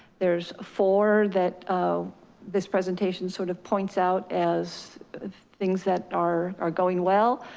there's four that this presentation sort of points out as things that are are going well.